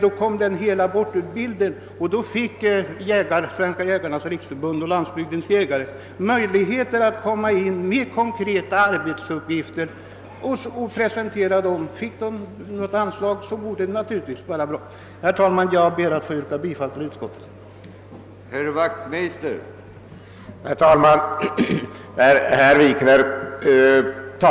På det sättet skulle Jägarnas riksförbund Landsbygdens jägare kunna presentera konkreta arbetsuppgifter och få de anslag organisationen behöver. Herr talman! Jag ber att få yrka bifall till utskottets hemställan.